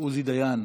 עוזי דיין,